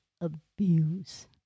abuse